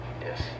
Yes